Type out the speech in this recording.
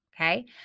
Okay